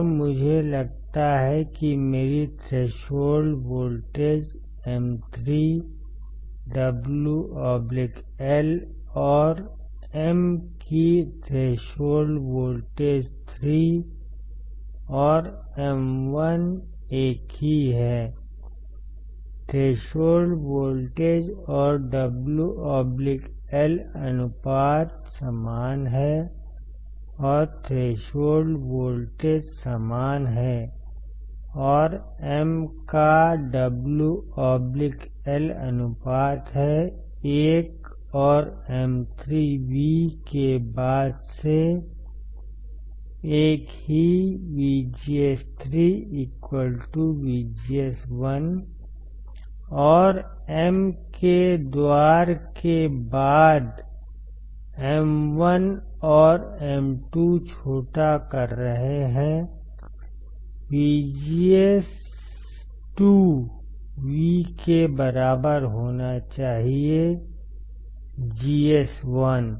और मुझे लगता है कि मेरी थ्रेशोल्ड वोल्टेज M3 WL और एम की थ्रेशोल्ड वोल्टेज3 और M1 एक ही है थ्रेशोल्ड वोल्टेज और WL अनुपात समान हैं और थ्रेशोल्ड वोल्टेज समान है और M का WL अनुपात है1 और M3 V के बाद से एक ही VGS3VGS1 और M के द्वार के बाद M1 और M2 छोटा कर रहे हैं VGS2 V के बराबर होना चाहिए GS 1